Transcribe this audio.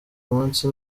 munsi